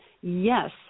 yes